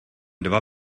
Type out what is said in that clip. dva